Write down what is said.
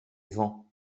vans